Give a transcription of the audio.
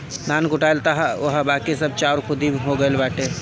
धान कुटाइल तअ हअ बाकी सब चाउर खुद्दी हो गइल बाटे